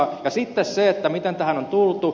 ja sitten se miten tähän on tultu